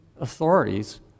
authorities